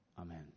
Amen